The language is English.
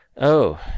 Oh